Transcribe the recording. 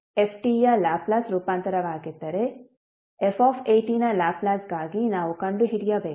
ಆದ್ದರಿಂದ F f ಯ Laplace ರೂಪಾಂತರವಾಗಿದ್ದರೆ f ನ ಲ್ಯಾಪ್ಲೇಸ್ ಗಾಗಿ ನಾವು ಕಂಡುಹಿಡಿಯಬೇಕು